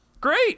great